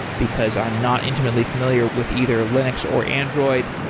because i'm not intimately familiar with either linux or android.